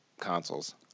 consoles